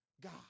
God